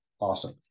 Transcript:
awesome